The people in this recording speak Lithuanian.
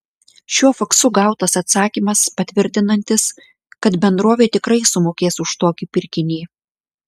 šiuo faksu gautas atsakymas patvirtinantis kad bendrovė tikrai sumokės už tokį pirkinį